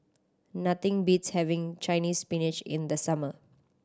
nothing beats having Chinese Spinach in the summer